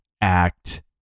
act